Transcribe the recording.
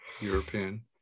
European